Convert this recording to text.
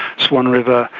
swan river,